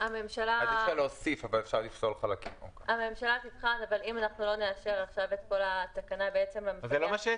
להבין למה דווקא ברכבת הקלה הוא נותן פה בלי הגבלה.